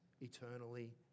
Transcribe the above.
eternally